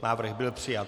Návrh byl přijat.